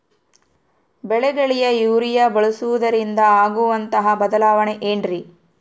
ಬೆಳೆಗಳಿಗೆ ಯೂರಿಯಾ ಬಳಸುವುದರಿಂದ ಆಗುವಂತಹ ಬದಲಾವಣೆ ಏನ್ರಿ?